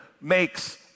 makes